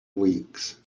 weeks